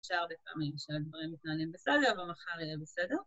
אפשר לפעמים שהדברים מתנהלים בסדר, אבל מחר יהיה בסדר.